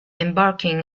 embarking